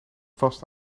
vast